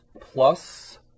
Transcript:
plus